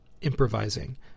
improvising